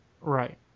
right